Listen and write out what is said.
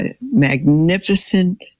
magnificent